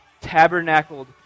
tabernacled